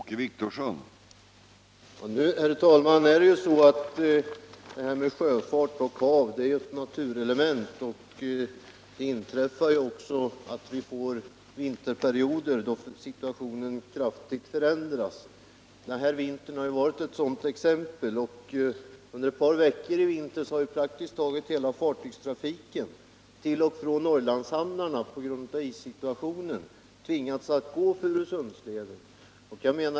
Herr talman! När det gäller sjöfart och hav har vi att göra med naturelement, och det inträffar ju att vi får vinterperioder då situationen kraftigt förändras. Den här vintern var ett exempel på detta. Under ett par veckor tvingades praktiskt taget hela fartygstrafiken till och från Norrlandshamnarna att på grund av issituationen gå genom Furusundsleden.